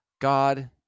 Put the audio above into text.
God